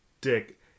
dick